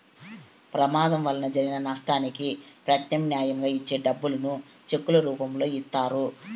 ప్రమాదం వలన జరిగిన నష్టానికి ప్రత్యామ్నాయంగా ఇచ్చే డబ్బులను చెక్కుల రూపంలో ఇత్తారు